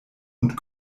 und